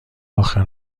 آخر